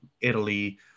Italy